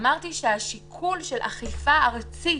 אמרתי שהשיקול של אכיפה ארצית,